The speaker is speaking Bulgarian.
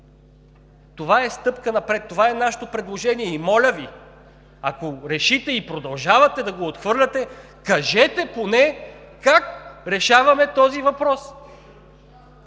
Това е стъпка напред. Това е нашето предложение. И моля Ви, ако решите и продължавате да го отхвърляте, кажете поне как решаваме този въпрос.